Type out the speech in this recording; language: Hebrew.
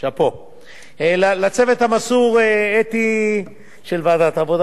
שאפּוֹ; לצוות המסור של ועדת העבודה,